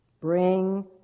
Bring